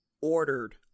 ordered